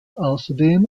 außerdem